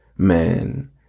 Man